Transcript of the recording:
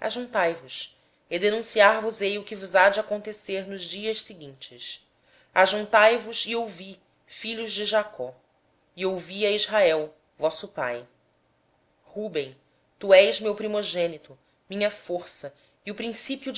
ajuntai vos para que eu vos anuncie o que vos há de acontecer nos dias vindouros ajuntai vos e ouvi filhos de jacó ouvi a israel vosso pai rúben tu és meu primogênito minha força e as primícias